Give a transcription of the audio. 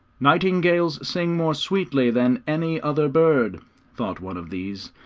nightingales sing more sweetly than any other bird thought one of these.